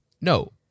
No